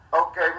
Okay